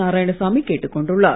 நாராயணசாமி கேட்டுக் கொண்டுள்ளார்